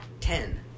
ten